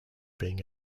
being